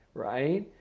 right?